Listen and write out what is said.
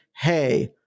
Hey